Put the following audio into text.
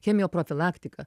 chemijo profilaktiką